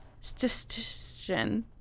Statistician